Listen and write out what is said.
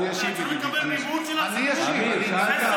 אני אשיב, ידידי.